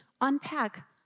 unpack